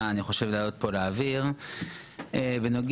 בנוגע לנתונים שהוצגו קודם,